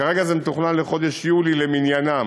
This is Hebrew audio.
כרגע זה מתוכנן לחודש יולי למניינם,